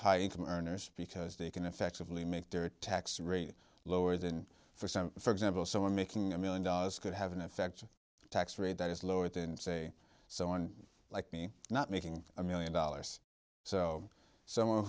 high income earners because they can effectively make their tax rate lower than for some for example someone making a million dollars could have an effective tax rate that is lower than say so on like me not making a million dollars so someone